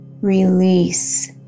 release